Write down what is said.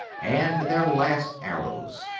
and their last arrows